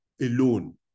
alone